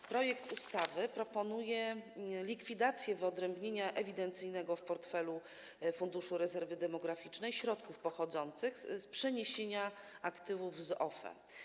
W projekcie ustawy proponuje się likwidację wyodrębnienia ewidencyjnego w portfelu Funduszu Rezerwy Demograficznej środków pochodzących z przeniesienia aktywów z OFE.